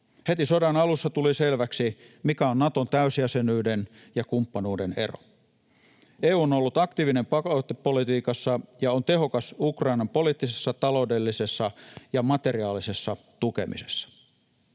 Heti sodan alussa tuli selväksi, mikä on Naton täysjäsenyyden ja kumppanuuden ero. EU on ollut aktiivinen pakotepolitiikassa ja on tehokas Ukrainan poliittisessa, taloudellisessa ja materiaalisessa tukemisessa.